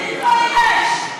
תתבייש.